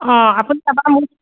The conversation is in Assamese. অঁ আপুনি তাৰপৰা মোক